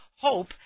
hope